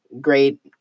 great